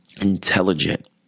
intelligent